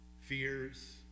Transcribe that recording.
fears